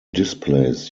displays